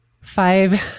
five